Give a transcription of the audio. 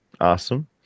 Awesome